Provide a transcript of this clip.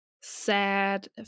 sad